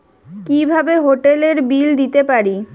কিভাবে হোটেলের বিল দিতে পারি?